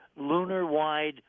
lunar-wide